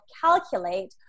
calculate